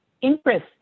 interest